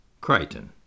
Crichton